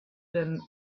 them